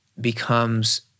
becomes